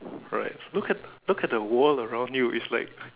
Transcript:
alright look at look at the world around you it's like